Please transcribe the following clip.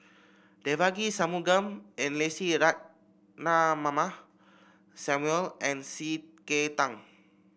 Devagi Sanmugam and Lucy Ratnammah Samuel and C K Tang